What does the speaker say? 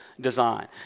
design